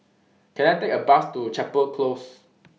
Can I Take A Bus to Chapel Close